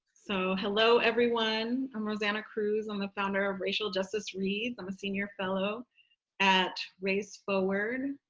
so hello, everyone. i'm rosana cruz, i'm the founder of racial justice reads. i'm a senior fellow at race forward.